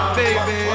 baby